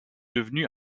devenu